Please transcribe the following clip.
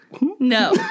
No